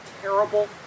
terrible